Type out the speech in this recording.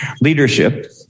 leadership